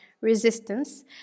Resistance